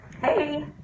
Hey